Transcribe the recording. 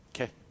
Okay